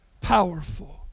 powerful